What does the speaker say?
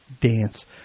dance